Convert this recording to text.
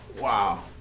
Wow